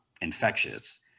infectious